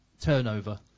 turnover